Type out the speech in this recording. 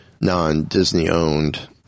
non-Disney-owned